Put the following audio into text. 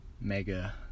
Mega